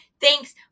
Thanks